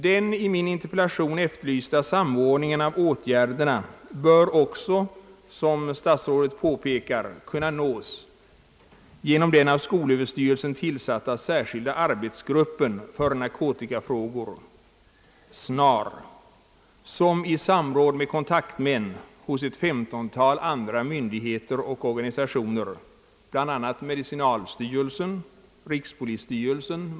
Den i min interpellation efterlysta samordningen av åtgärderna bör också, som statsrådet påpekar, kunna nås genom den av skolöverstyrelsen tillsatta särskilda arbetsgruppen för narkotikafrågor — SNAR — som i samråd med kontaktmän hos ett 15-tal andra myndigheter och or ganisationer, bl.a. medicinalstyrelsen, rikspolisstyrelsen.